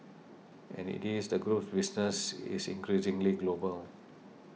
as it is the group's business is increasingly global